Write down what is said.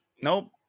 Nope